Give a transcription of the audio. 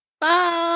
Bye